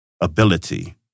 ability